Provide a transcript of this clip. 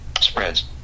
spreads